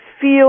feel